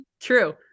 true